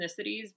ethnicities